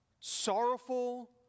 sorrowful